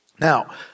Now